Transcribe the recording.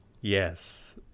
Yes